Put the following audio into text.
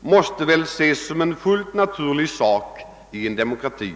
måste ses som en fullt naturlig sak i en demokrati.